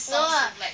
no ah